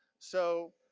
so,